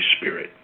Spirit